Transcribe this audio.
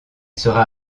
sera